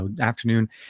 afternoon